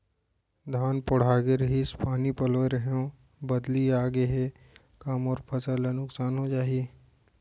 धान पोठागे रहीस, पानी पलोय रहेंव, बदली आप गे हे, का मोर फसल ल नुकसान हो जाही?